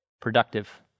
productive